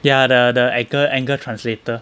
ya the the anger anger translator